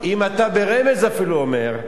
אם אתה ברמז אפילו אומר,